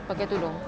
pakai tudung